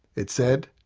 it said,